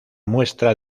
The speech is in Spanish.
muestra